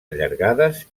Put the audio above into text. allargades